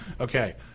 Okay